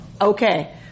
Okay